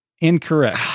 Incorrect